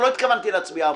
לא התכוונתי להצביע עבורו.